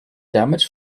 damage